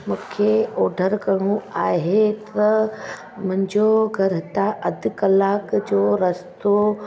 मूंखे ऑडर करिणो आहे त मुंहिंजो घर हितां अधु कलाक जो रस्तो